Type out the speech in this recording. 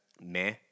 meh